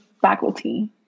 faculty